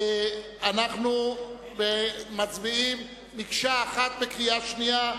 אנו מצביעים במקשה אחת בקריאה שנייה.